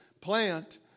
plant